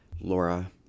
Laura